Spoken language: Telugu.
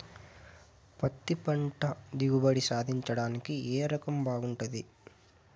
పత్తి పంట దిగుబడి సాధించడానికి ఏ రకం బాగుంటుంది?